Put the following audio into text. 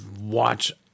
watch